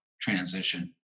transition